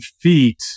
feet